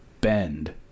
bend